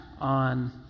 on